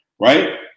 right